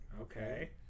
Okay